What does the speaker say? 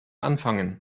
anfangen